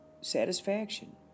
satisfaction